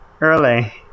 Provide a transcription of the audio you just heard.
early